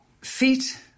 feet